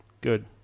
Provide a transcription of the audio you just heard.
good